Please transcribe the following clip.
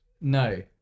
No